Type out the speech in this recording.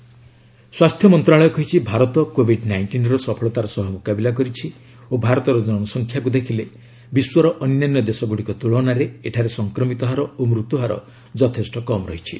India COVID nineteen ସ୍ୱାସ୍ଥ୍ୟ ମନ୍ତ୍ରଣାଳୟ କହିଛି ଭାରତ କୋଭିଡ୍ ନାଇଷ୍ଟିନ୍ର ସଫଳତାର ସହ ମ୍ରକାବିଲା କରିଛି ଓ ଭାରତର ଜନସଂଖ୍ୟାକୁ ଦେଖିଲେ ବିଶ୍ୱର ଅନ୍ୟାନ୍ୟ ଦେଶଗୁଡ଼ିକ ତୁଳନାରେ ଏଠାରେ ସଫକ୍ରମିତ ହାର ଓ ମୃତ୍ୟୁହାର ଯଥେଷ୍ଟ କମ୍ ରହିଛି